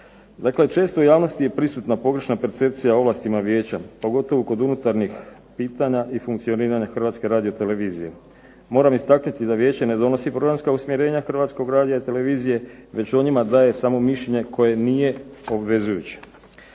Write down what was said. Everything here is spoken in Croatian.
Dakle često u javnosti je prisutna pogrešna percepcija o ovlastima vijeća, pogotovo kod unutarnjih pitanja i funkcioniranja HRT-a. Moram istaknuti da vijeće ne donosi programska usmjerenja HRT-a već o njima daje samo mišljenje koje nije obvezujuće.